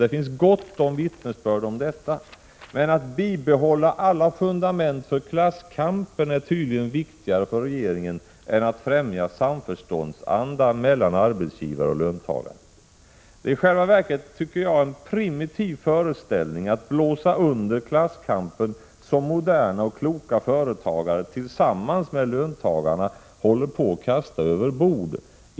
Det finns gott om vittnesbörd om detta. Men att bibehålla alla fundament för klasskampen är tydligen viktigare för regeringen än att främja samförståndsanda mellan arbetsgivare och löntagare. Det är i själva verket, tycker jag, en primitiv föreställning att blåsa under klasskampen som moderna och kloka företagare tillsammans med löntagarna håller på att kasta över bord.